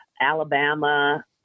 Alabama